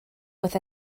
with